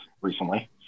recently